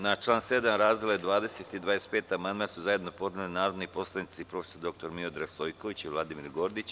Na član 7. razdele 20 i 25 amandman su zajedno podneli narodni poslanici prof. dr Miodrag Stojković i Vladimir Gordić.